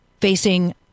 facing